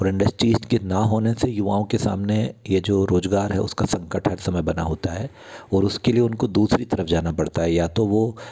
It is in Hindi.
और इंडस्ट्रीज़ के ना होने से युवाओं के सामने ये जो रोजगार है उसका संकट हर समय बना होता है और उसके लिए उनको दूसरी तरफ जाना पड़ता है या तो वो